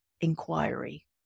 inquiry